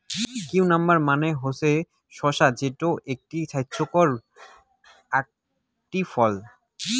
cucumber মানে হসে শসা যেটো খুবই ছাইস্থকর আকটি ফল